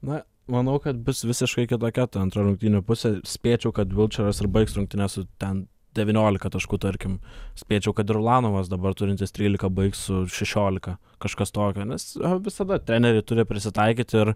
na manau kad bus visiškai kitokia antra rungtynių pusė spėčiau kad vilčeras ir baigs rungtynes su ten devyniolika taškų tarkim spėčiau kad ir ulanovas dabar turintis trylika baigs su šešiolika kažkas tokio nes visada treneriai turi prisitaikyt ir